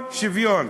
שוויון, שוויון.